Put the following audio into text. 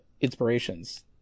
inspirations